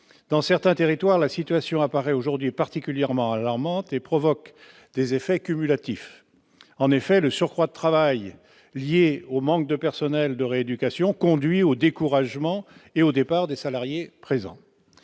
Dans certains territoires, elle est même particulièrement alarmante et engendre des effets cumulatifs. En effet, le surcroît de travail lié au manque de personnel de rééducation conduit au découragement et au départ des salariés. Ainsi